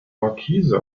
markise